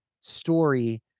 story